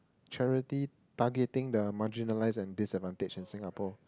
charity targeting the marginalized and disadvantaged in Singapore